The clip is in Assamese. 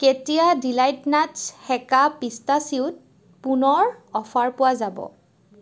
কেতিয়া ডিলাইট নাটছ সেকা পিষ্টাচিয়োত পুনৰ অফাৰ পোৱা যাব